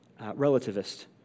relativist